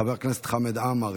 חבר הכנסת חמד עמאר,